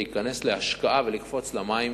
להיכנס להשקעה ולקפוץ למים,